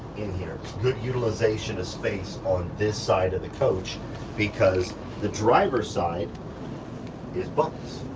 in here. good utilization of space on this side of the coach because the driver's side is bunks